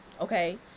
okay